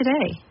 today